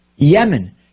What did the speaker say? Yemen